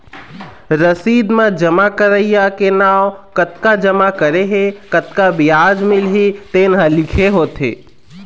रसीद म जमा करइया के नांव, कतका जमा करे हे, कतका बियाज मिलही तेन ह लिखे होथे